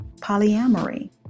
polyamory